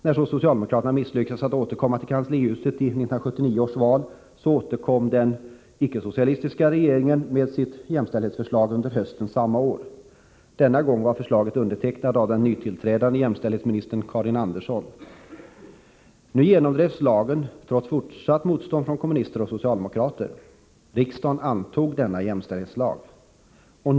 När socialdemokraterna misslyckades att återkomma till kanslihuset i 1979 års val tog den icke-socialistiska regeringen på nytt upp sitt jämställdhetsförslag under hösten samma år. Denna gång var förslaget undertecknat av den nytillträdande jämställdhetsministern Karin Andersson. Nu genomdrevs lagen, trots fortsatt motstånd från kommunister och socialdemokrater. Riksdagen antog denna jämställdhetslag.